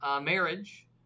marriage